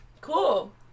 cool